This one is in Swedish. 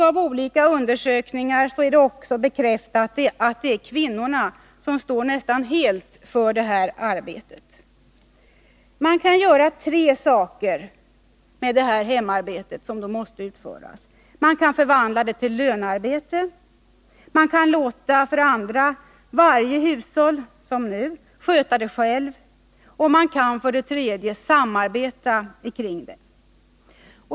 Av olika undersökningar är det också bekräftat att det är kvinnorna som nästan helt står för detta arbete. Man kan göra tre saker med detta hemarbete som måste utföras. Man kan för det första förvandla det till lönearbete, för det andra låta varje hushåll, som nu, sköta det självt och man kan för det tredje samarbeta kring det.